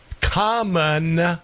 Common